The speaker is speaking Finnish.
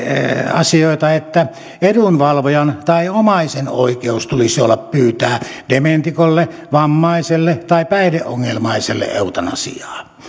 asioita että edunvalvojan tai omaisen oikeus tulisi olla pyytää dementikolle vammaiselle tai päihdeongelmaiselle eutanasiaa